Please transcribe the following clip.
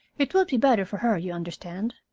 it would be better for her, you understand,